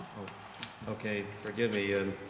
okay, forgive me.